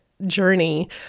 journey